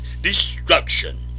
destruction